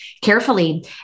carefully